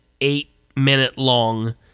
eight-minute-long